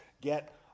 get